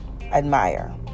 admire